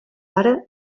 ara